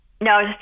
No